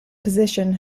position